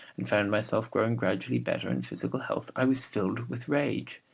and found myself growing gradually better in physical health, i was filled with rage.